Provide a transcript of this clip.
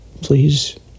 please